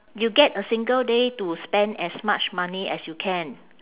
you get a single day to spend as much money as you can